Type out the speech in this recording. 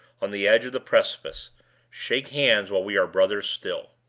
on the edge of the precipice shake hands while we are brothers still!